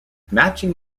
matching